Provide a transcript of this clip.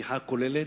הפתיחה הכוללת,